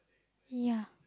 ya